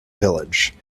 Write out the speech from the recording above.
village